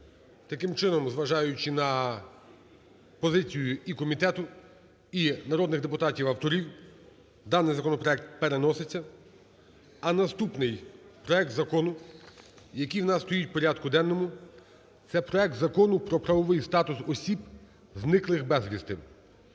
Таким чином, зважаючи на позицію і комітету, і народних депутатів, авторів, даний законопроект переноситься. А наступний проект закону, який у нас стоїть у порядку денному, - це проект Закону про правовий статус осіб, зниклих безвісти